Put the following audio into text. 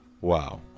wow